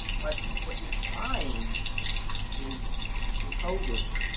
but what you find is through covid,